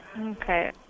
Okay